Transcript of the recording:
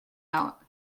out